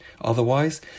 Otherwise